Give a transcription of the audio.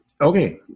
okay